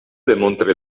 demontre